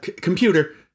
computer